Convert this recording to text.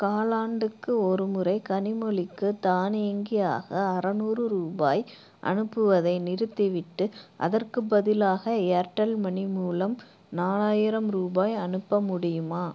காலாண்டுக்கு ஒருமுறை கனிமொழிக்கு தானியங்கியாக அறநூறு ரூபாய் அனுப்புவதை நிறுத்திவிட்டு அதற்கு பதிலாக ஏர்டெல் மனி மூலம் நாலாயிரம் ரூபாய் அனுப்ப முடியுமா